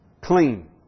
clean